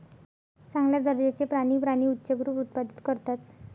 चांगल्या दर्जाचे प्राणी प्राणी उच्चभ्रू उत्पादित करतात